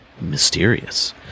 Mysterious